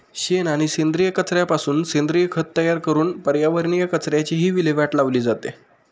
शेण आणि सेंद्रिय कचऱ्यापासून सेंद्रिय खत तयार करून पर्यावरणीय कचऱ्याचीही विल्हेवाट लावली जाते